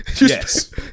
Yes